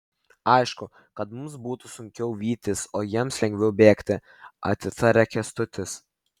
aišku kad mums būtų sunkiau vytis o jiems lengviau bėgti atitaria kęstutis